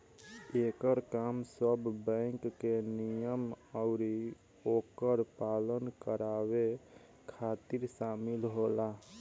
एकर काम सब बैंक के नियम अउरी ओकर पालन करावे खातिर शामिल होला